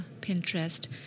Pinterest